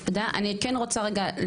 אני כן רוצה רגע,